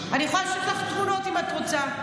אני יכולה לשלוח לך תמונות, אם את רוצה.